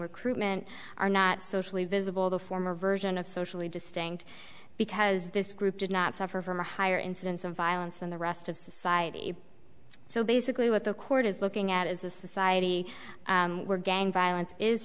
recruitment are not socially visible the former version of socially distinct because this group did not suffer from a higher incidence of violence than the rest of society so basically what the court is looking at as a society were gang violence is